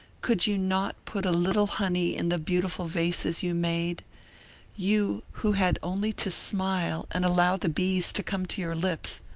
could you not put a little honey in the beautiful vases you made you, who had only to smile and allow the bees to come to your lips?